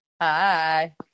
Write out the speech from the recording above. Hi